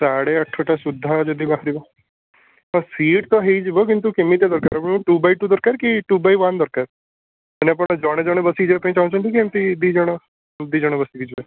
ସାଢ଼େ ଆଠଟା ସୁଦ୍ଧା ଯଦି ବାହାରିବ ହଁ ସିଟ୍ ତ ହେଇଯିବ କିନ୍ତୁ କେମିତି କା ଦରକାର ଆପଣଙ୍କୁ ଟୁ ବାଇ ଟୁ ଦରକାର କି ଟୁ ବାଇ ୱାନ୍ ଦରକାର ମାନେ ଆପଣ ଜଣେ ଜଣେ ବସିକି ଯିବାକୁ ଚାହୁଁଛନ୍ତି କି ଏମିତି ଦୁଇଜଣ ଦୁଇଜଣ ବସିକି ଯିବେ